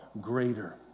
greater